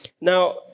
now